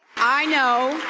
i know,